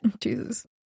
Jesus